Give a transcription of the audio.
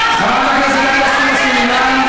חברת הכנסת עאידה תומא סלימאן,